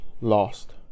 lost